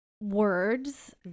words